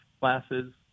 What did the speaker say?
classes